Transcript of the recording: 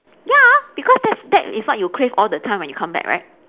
ya because that's that is what you crave all the time when you come back right